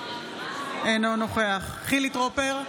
אינו נוכח חילי טרופר,